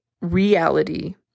reality